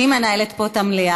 אני מנהלת פה את המליאה,